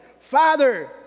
Father